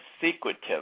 secretive